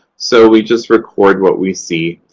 so we just record what we see.